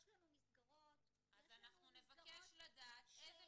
נקטנו ויש לנו מסגרות ש --- אז אנחנו נבקש לדעת איזה